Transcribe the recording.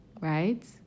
right